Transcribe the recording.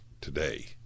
today